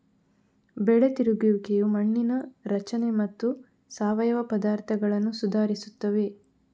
ಬೆಳೆ ತಿರುಗುವಿಕೆಯು ಮಣ್ಣಿನ ರಚನೆ ಮತ್ತು ಸಾವಯವ ಪದಾರ್ಥಗಳನ್ನು ಸುಧಾರಿಸುತ್ತದೆ